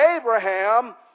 Abraham